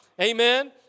Amen